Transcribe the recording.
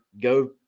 go